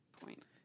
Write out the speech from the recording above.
point